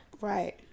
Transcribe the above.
Right